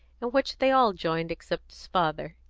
in which they all joined except his father.